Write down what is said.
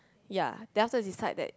ya then afterwards decide that